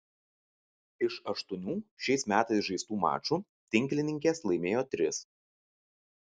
iš aštuonių šiais metais žaistų mačų tinklininkės laimėjo tris